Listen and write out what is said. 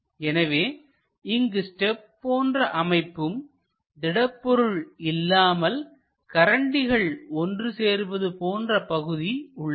எனவே இங்கு ஸ்டெப் போன்ற அமைப்பும் திடப்பொருள் இல்லாமல் கரண்டிகள் ஒன்று சேர்வது போன்ற பகுதி உள்ளது